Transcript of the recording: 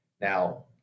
Now